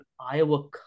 Iowa